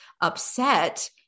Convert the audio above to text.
upset